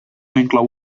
inclou